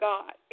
God